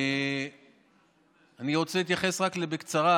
אני רוצה להתייחס רק בקצרה,